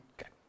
Okay